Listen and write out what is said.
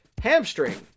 Hamstring